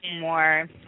more